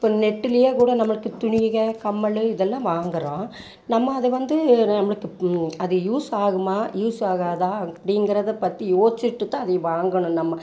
இப்போ நெட்டுலேயே கூட நம்மளுக்கு துணிக கம்மல்லு இதெல்லாம் வாங்கிறோம் நம்ம அதைவந்து நம்மளுக்கு அது யூஸ் ஆகுமா யூஸ் ஆகாதா அப்படிங்கிறத பற்றி யோசிச்சுட்டு தான் அதை வாங்கணும் நம்ம